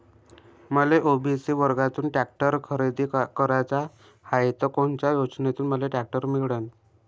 मले ओ.बी.सी वर्गातून टॅक्टर खरेदी कराचा हाये त कोनच्या योजनेतून मले टॅक्टर मिळन?